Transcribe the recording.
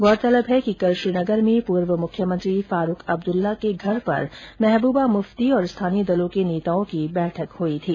गौरतलब है कि कल श्रीनगर में पूर्व मुख्यमंत्री फारूख अब्दल्ला के घर पर महब्बा मुफ्ती और स्थानीय दलों के नेताओं की बैठक हुई थी